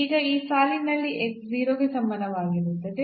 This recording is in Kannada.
ಈಗ ಈ ಸಾಲಿನಲ್ಲಿ 0 ಗೆ ಸಮಾನವಾಗಿರುತ್ತದೆ